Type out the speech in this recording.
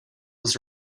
was